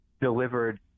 delivered